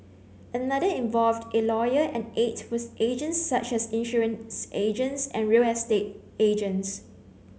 another involved a lawyer and eight were agents such as insurance agents and real estate agents